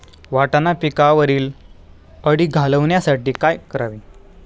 वाटाणा पिकावरील अळी घालवण्यासाठी काय करावे?